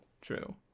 true